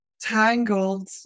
tangled